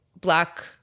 Black